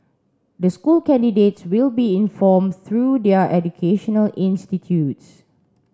the school candidates will be informed through their educational institutes